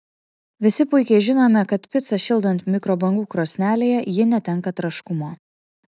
visi puikiai žinome kad picą šildant mikrobangų krosnelėje ji netenka traškumo